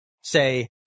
say